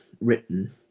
written